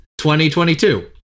2022